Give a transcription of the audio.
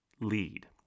Lead